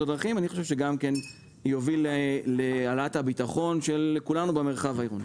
הדרכים ואני חושב שגם יוביל להעלאת הביטחון של כולנו במרחב העירוני.